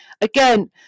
Again